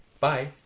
Bye